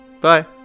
bye